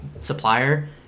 supplier